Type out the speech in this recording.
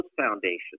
foundations